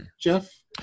Jeff